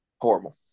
horrible